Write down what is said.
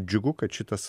džiugu kad šitas